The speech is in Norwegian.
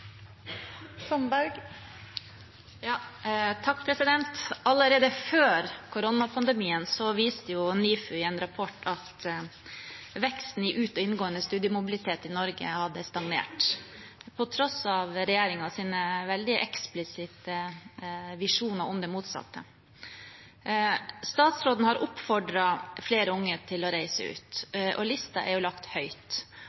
Allerede før koronapandemien viste NIFU i en rapport at veksten i ut- og inngående studiemobilitet i Norge hadde stagnert, på tross av regjeringens veldig eksplisitte visjoner om det motsatte. Statsråden har oppfordret flere unge til å reise ut,